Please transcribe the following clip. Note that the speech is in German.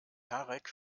tarek